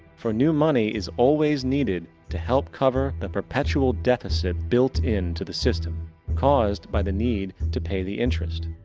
for new money is always needed to help cover the perpetual deficit build into the system, caused by the need to pay the interest.